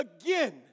again